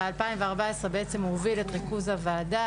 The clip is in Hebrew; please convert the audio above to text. מ-2014 בעצם הוא הוביל את ריכוז הוועדה